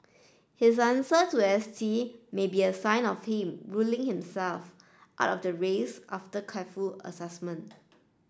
his answer to S T may be a sign of him ruling himself out of the race after careful assessment